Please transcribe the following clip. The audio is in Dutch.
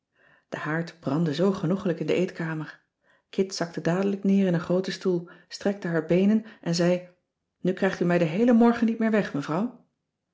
de haard brandde zoo genoegelijk in de eetkamer kit zakte dadelijk neer in een grooten stoel strekte haar beenen en zei nu krijgt u mij den heelen morgen niet meer weg mevrouw